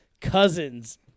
cousins